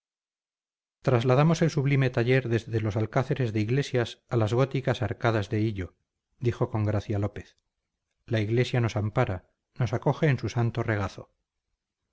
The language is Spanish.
trasladamos el sublime taller desde los alcázares de iglesias a las góticas arcadas de hillo dijo con gracia lópez la iglesia nos ampara nos acoge en su santo regazo